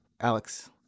alex